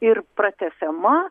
ir pratęsiama